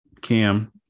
Cam